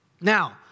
Now